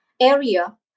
area